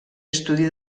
estudi